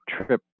trip